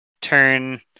turn